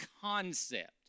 concept